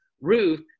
Ruth